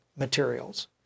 materials